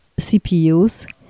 CPUs